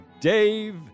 Dave